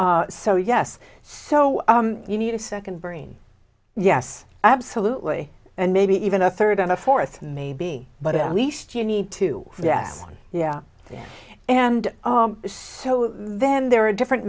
so yes so you need a second brain yes absolutely and maybe even a third and a fourth maybe but at least you need to yes yeah yeah and so then there are different